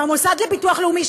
במוסד לביטוח לאומי,